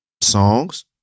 songs